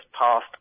passed